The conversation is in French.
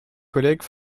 collègues